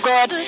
God